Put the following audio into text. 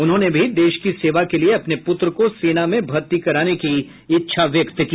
उन्होंने भी देश की सेवा के लिए अपने पुत्र को सेना में भर्ती कराने की इच्छा व्यक्त की